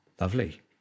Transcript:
Lovely